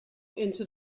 into